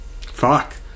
fuck